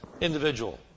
individual